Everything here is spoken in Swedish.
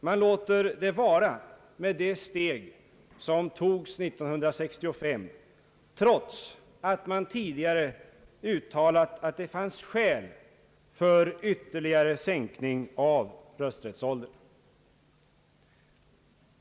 Man låter sig nöja med det steg som togs 1965, trots att man tidigare uttalat att det fanns skäl för ytterligare sänkning av rösträttsåldern.